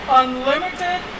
unlimited